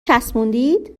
چسبوندید